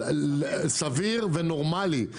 סביר ונורמלי,